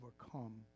overcome